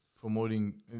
promoting